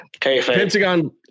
pentagon